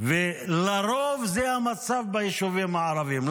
ולרוב זה המצב ביישובים הערביים.